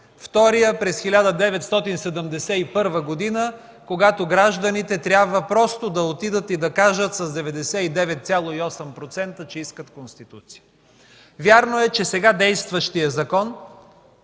Вторият през 1971 г., когато гражданите трябва просто да отидат и да кажат с 99,8%, че искат Конституция. Вярно е, че сега действащият закон,